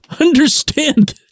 Understand